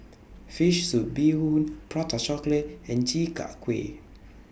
Fish Soup Bee Hoon Prata Chocolate and Chi Kak Kuih